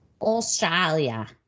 Australia